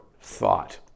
thought